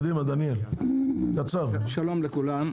שלום לכולם.